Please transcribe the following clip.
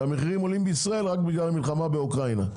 שהמחירים עולים בישראל רק בגלל המלחמה באוקראינה.